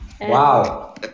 Wow